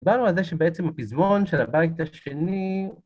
דיברנו על זה שבעצם בפזמון של הבית השני...